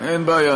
אין בעיה,